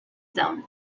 zone